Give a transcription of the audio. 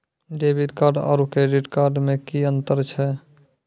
Debit card आरू credit card मे कि अन्तर छैक?